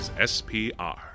SPR